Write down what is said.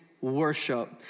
Worship